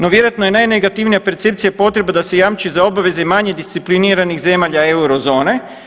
No, vjerojatno je najnegativnija percepcija potreba da se jamči za obaveze i manje discipliniranih zemalja euro zone.